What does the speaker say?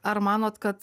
ar manot kad